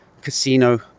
casino